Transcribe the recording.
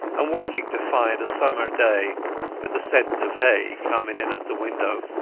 and waking to find a summer day with the scent of hay coming in at the window.